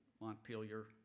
Montpelier